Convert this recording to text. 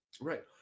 Right